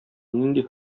нинди